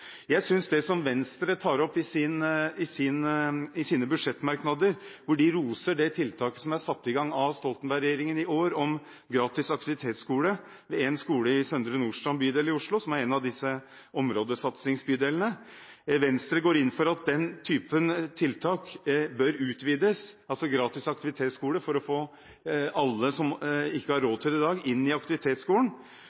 det som Venstre tar opp i sine budsjettmerknader, hvor de roser det tiltaket med gratis aktivitetsskole som er satt i gang av Stoltenberg-regjeringen i år. En skole i Søndre Nordstrand i Oslo er en del av disse områdesatsingsbydelene. Venstre går inn for at den typen tiltak, altså gratis aktivitetsskole, bør utvides for å få alle som ikke har